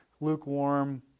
lukewarm